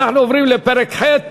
עוברים לפרק ח':